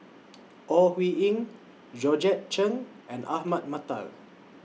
Ore Huiying Georgette Chen and Ahmad Mattar